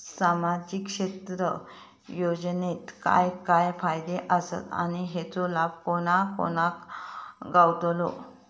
सामजिक क्षेत्र योजनेत काय काय फायदे आसत आणि हेचो लाभ कोणा कोणाक गावतलो?